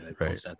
right